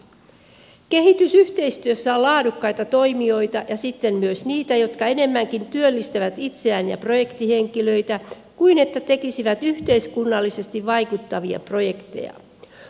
kehitysyhteistyössä on laadukkaita toimijoita ja sitten myös niitä jotka enemmänkin työllistävät itseään ja projektihenkilöitä kuin tekisivät yhteiskunnallisesti vaikuttavia projekteja